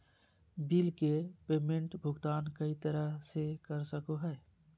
bill के payment भुगतान कई तरह से कर सको हइ